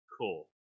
cool